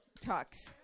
talks